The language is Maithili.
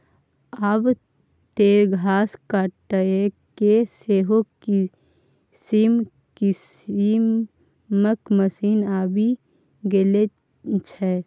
आब तँ घास काटयके सेहो किसिम किसिमक मशीन आबि गेल छै